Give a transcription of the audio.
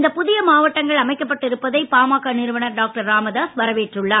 இந்த புதிய மாவட்டங்கள் அமைக்கப்பட்டு இருப்பதை பாமக நிறுவனர் டாக்டர் ராமதாஸ் வரவேற்றுள்ளார்